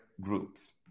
groups